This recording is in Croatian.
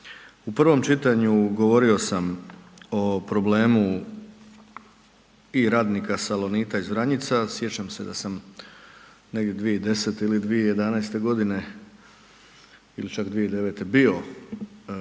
U prvom čitanju govorio sam o problemu i radnika Salonita iz Vranjica, sjećam se da sam negdje 2010. ili 2011.g. ili čak 2009. bio i